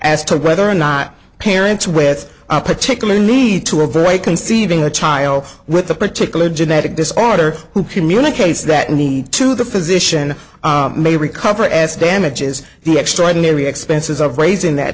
as to whether or not parents were that's a particular need to avoid conceiving a child with a particular genetic disorder who communicates that need to the physician may recover as damages the extraordinary expenses of raising that